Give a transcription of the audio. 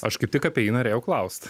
aš kaip tik apie jį norėjau klaust